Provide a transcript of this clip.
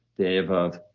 dave, of,